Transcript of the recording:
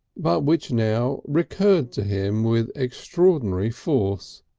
but which now recurred to him with extraordinary force.